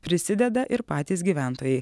prisideda ir patys gyventojai